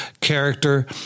character